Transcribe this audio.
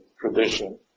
tradition